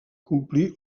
complí